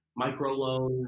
microloans